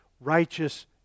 righteous